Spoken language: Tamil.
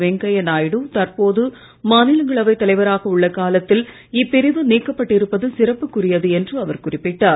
வெங்கையா நாயுடு மாநிலங்களவைத் தலைவராக உள்ள காலத்தில் இப்பிரிவு நீக்கப்பட்டிருப்பது சிறப்புக்குரியது என்று அவர் குறிப்பிட்டார்